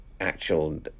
actual